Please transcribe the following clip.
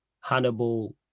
Hannibal